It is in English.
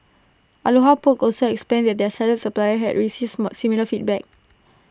aloha poke also explained that their salad supplier had similar feedback